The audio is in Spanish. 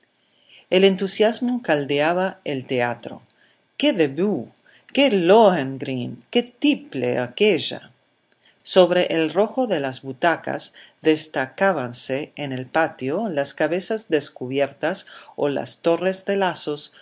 el entusiasmo caldeaba el teatro qué debut qué lohengrin qué tiple aquella sobre el rojo de las butacas destacábanse en el patio las cabezas descubiertas o las torres de lazos